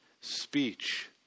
speech